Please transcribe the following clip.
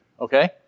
okay